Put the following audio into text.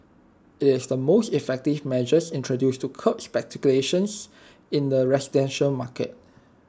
IT is the most effective measure introduced to curb speculation in the residential market